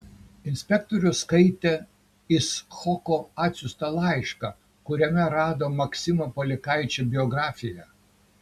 inspektorius skaitė icchoko atsiųstą laišką kuriame rado maksimo polikaičio biografiją